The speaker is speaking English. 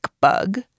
bug